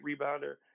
rebounder